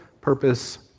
purpose